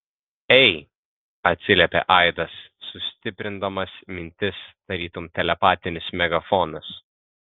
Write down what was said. ei atsiliepė aidas sustiprindamas mintis tarytum telepatinis megafonas